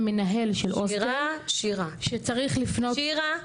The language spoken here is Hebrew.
מנהל בתוך הוסטל שצריך לפנות --- שירה,